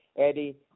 Eddie